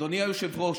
אדוני היושב-ראש,